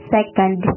Second